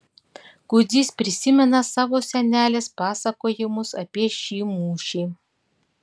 kudzys prisimena savo senelės pasakojimus apie šį mūšį